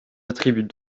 attribuent